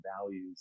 values